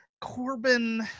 Corbin